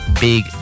Big